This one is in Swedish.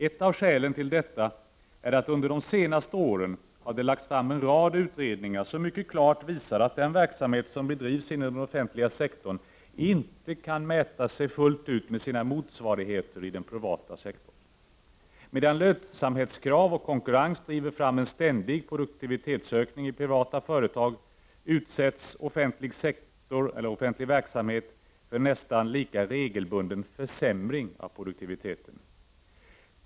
Ett av skälen till detta är att det under de senaste åren har lagts fram en rad utredningar som mycket klart visar att den verksamhet som bedrivs inom den offentliga sektorn inte kan mäta sig fullt ut med sina motsvarigheter i den privata sektorn. Medan lönsamhetskrav och konkurrens driver fram en ständig produktivitetsökning i privata företag, utsätts offentlig verksamhet för en nästan lika regelbunden försämring av produktiviteten.